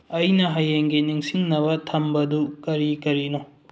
ꯑꯩꯅ ꯍꯌꯦꯡꯒꯤ ꯅꯤꯡꯁꯤꯡꯅꯕ ꯊꯝꯕꯗꯨ ꯀꯔꯤ ꯀꯔꯤꯅꯣ